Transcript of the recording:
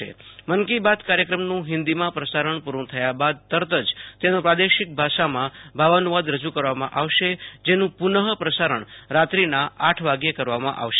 મન કી બાત કાર્યક્રમનું હિન્દીમાં પ્રસારણ પૂર્ટી થયો બાદી તરત જ તેનો પ્રાદેશિક ભાષામાં ભાવાનુવાદ રજૂ કરવામાં આવશેજેનું પુનઃપ્રસારણ રાત્રિના આઠ વાગ્ય કરવામાં આવશે